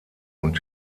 und